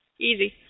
Easy